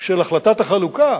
של החלטת החלוקה